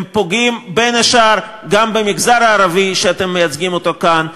הם פוגעים בין השאר גם במגזר הערבי שאתם מייצגים כאן,